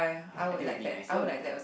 I think will be nice that will